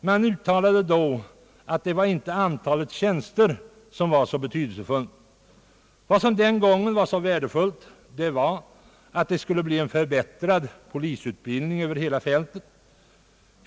Man uttalade då att det inte var antalet tjänster som var så betydelsefullt. Vad som den gången ansågs så värdefullt var att det skulle bli en förbättrad polisutbildning över hela fältet.